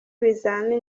ibizamini